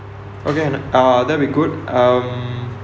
okay and uh uh that'll be good um